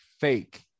fake